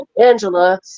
angela